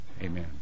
Amen